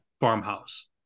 farmhouse